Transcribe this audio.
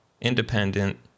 independent